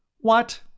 What